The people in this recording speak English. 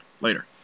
Later